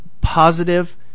positive